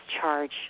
charge